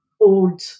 old